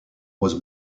was